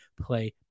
play